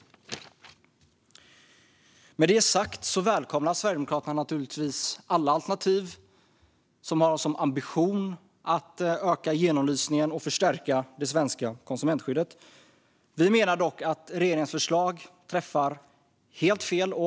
Med det sagt välkomnar Sverigedemokraterna naturligtvis alla alternativ som har som ambition att öka genomlysningen och förstärka det svenska konsumentskyddet. Vi menar dock att regeringens förslag träffar helt fel.